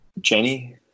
Jenny